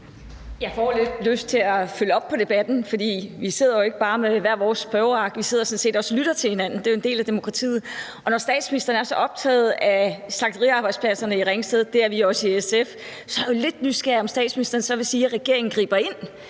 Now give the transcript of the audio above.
Jeg får lidt lyst til at følge op på debatten, for vi sidder jo ikke bare med hvert vores spørgeark. Vi sidder sådan set også og lytter til hinanden. Det er jo en del af demokratiet. Når statsministeren er så optaget af slagteriarbejdspladserne i Ringsted – det er vi også i SF – er jeg lidt nysgerrig på, om statsministeren vil sige, at regeringen griber ind